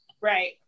Right